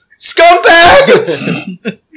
scumbag